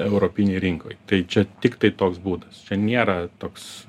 europinėj rinkoj tai čia tiktai toks būdas čia nėra toks